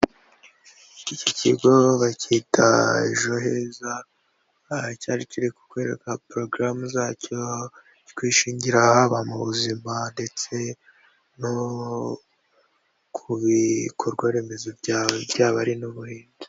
Iki kigo bacyita ejo heza, aha cyari kiri gukorerwa porogaramu zacyo twishingira haba mu buzima ndetse no ku bikorwaremezo byawe byaba ari n'ubuhinzi.